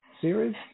Series